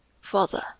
Father